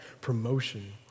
promotion